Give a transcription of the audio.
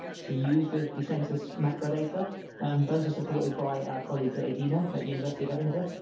to use with the census microdata and those are supported by our colleagues at edina at the university of edinburgh